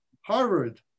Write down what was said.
Harvard